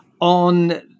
on